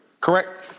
Correct